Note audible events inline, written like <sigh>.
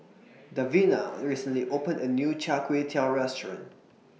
<noise> Davina recently opened A New Char Kway Teow Restaurant